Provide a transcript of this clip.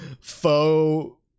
faux